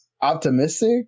optimistic